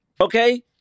Okay